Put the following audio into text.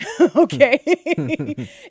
okay